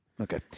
Okay